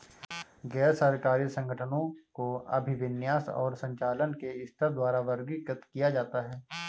गैर सरकारी संगठनों को अभिविन्यास और संचालन के स्तर द्वारा वर्गीकृत किया जाता है